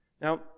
Now